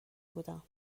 بودم